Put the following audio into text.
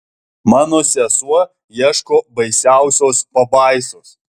mano sesuo ieško baisiausios pabaisos